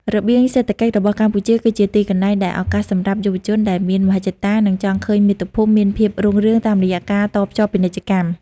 របៀងសេដ្ឋកិច្ចរបស់កម្ពុជាគឺជាទីកន្លែងដែលឱកាសសម្រាប់យុវជនដែលមានមហិច្ឆតា និងចង់ឃើញមាតុភូមិមានភាពរុងរឿងតាមរយៈការតភ្ជាប់ពាណិជ្ជកម្ម។